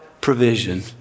provision